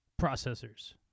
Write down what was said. Processors